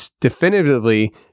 definitively